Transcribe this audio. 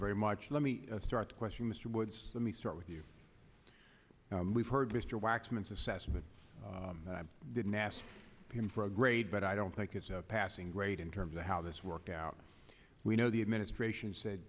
very much let me start to question mr woods let me start with you we've heard mr waxman success but i didn't ask him for a grade but i don't think it's a passing grade in terms of how this worked out we know the administration said